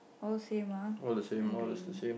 all same ah and green